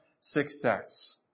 success